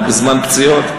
אנחנו בזמן פציעות,